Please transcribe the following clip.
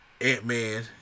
ant-man